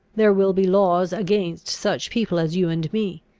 there will be laws against such people as you and me.